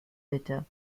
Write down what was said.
bitte